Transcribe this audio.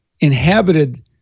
inhabited